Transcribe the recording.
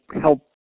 help